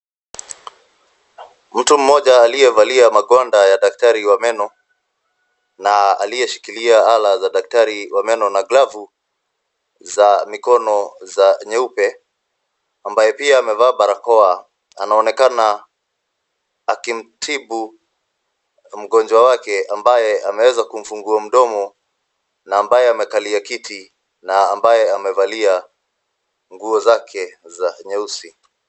Mtu mmoja aliyevalia magonda ya daktari wa meno, na aliyeshikilia ala za daktari wa meno na glavu za mikono nyeupe, ambaye pia amevaa barakoa anaonekana akimtibu mgonjwa wake ambaye ameweza kumfungua mdomo na ambaye amekalia kiti na ambaye amevalia nguo zake nyeusi.